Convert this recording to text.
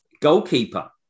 Goalkeeper